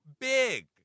big